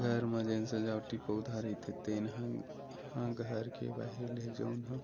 घर म जेन सजावटी पउधा रहिथे तेन ह घर के बाहिर ले जउन ह